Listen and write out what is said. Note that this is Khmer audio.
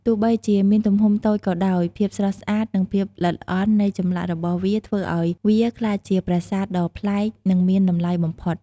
ទោះបីជាមានទំហំតូចក៏ដោយ ភាពស្រស់ស្អាត និងភាពល្អិតល្អន់នៃចម្លាក់របស់វាធ្វើឱ្យវាក្លាយជាប្រាសាទដ៏ប្លែក និងមានតម្លៃបំផុត។